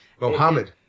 Mohammed